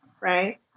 right